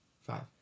Five